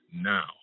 now